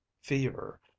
fever